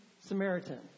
Samaritan